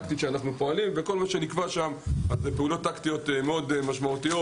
כל מה שנקבע שם הן פעולות טקטיות מאוד משמעותיות.